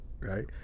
right